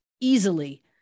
easily